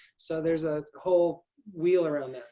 so there's a whole wheel around that.